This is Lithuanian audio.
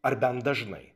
ar bent dažnai